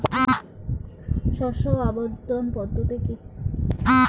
শস্য আবর্তন পদ্ধতি কি?